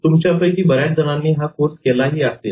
तुमच्यापैकी बऱ्याच जणांनी हा कोर्स केलाही असेल